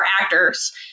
actors